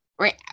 right